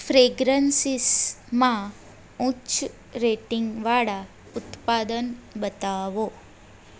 ફ્રેગરન્સીસમાં ઉચ્ચ રેટિંગવાળા ઉત્પાદન બતાવો